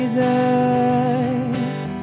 Jesus